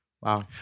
wow